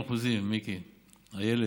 מ-50% מיקי, איילת: